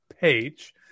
page